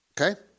Okay